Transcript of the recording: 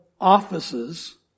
offices